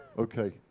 Okay